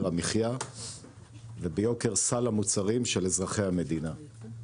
המחיה וביוקר סל המוצרים של אזרחי המדינה.